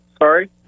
Sorry